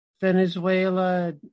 Venezuela